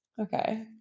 Okay